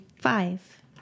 five